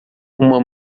uma